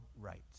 rights